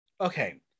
Okay